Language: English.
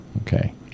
Okay